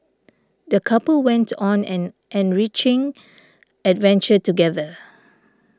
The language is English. the couple went on an enriching adventure together